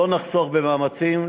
לא לחסוך במאמצים,